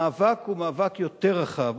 המאבק הוא מאבק יותר רחב,